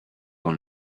dans